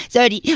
Sorry